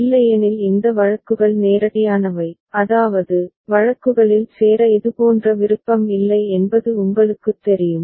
இல்லையெனில் இந்த வழக்குகள் நேரடியானவை அதாவது வழக்குகளில் சேர இதுபோன்ற விருப்பம் இல்லை என்பது உங்களுக்குத் தெரியும்